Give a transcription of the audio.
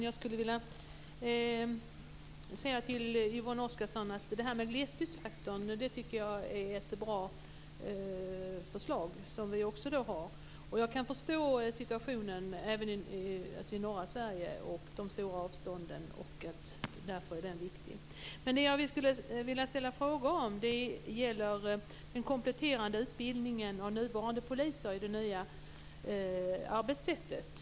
Fru talman! Jag vill säga till Yvonne Oscarsson att jag tycker att förslaget om glesbygdsfaktorn är jättebra. Centerpartiet har också det förslaget. Jag kan förstå situationen i norra Sverige med de stora avstånden. Denna fråga är därför viktig. Jag vill kommentera den kompletterande utbildningen och de nuvarande poliserna i det nya arbetssättet.